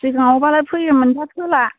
सिगाङावबालाय फोयोमोन दा फोला